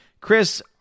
Chris